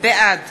בעד